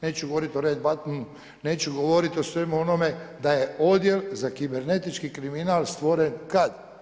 Neću govoriti o red buttomu, neću govoriti o svemu onome da je Odjel za kibernetički kriminal stvoren kad?